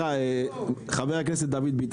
שוב,